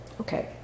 Okay